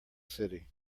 city